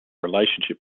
relationship